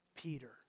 Peter